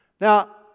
now